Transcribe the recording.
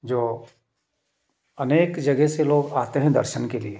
जो अनेक जगह से लोग आते हैं दर्शन के लिए